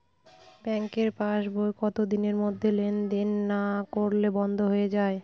ব্যাঙ্কের পাস বই কত দিনের মধ্যে লেন দেন না করলে বন্ধ হয়ে য়ায়?